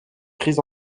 pris